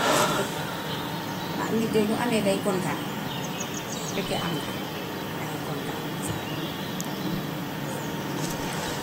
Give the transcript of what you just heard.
ah nit de bu amee day kontaan su fekkee am nga daŋay kontaan.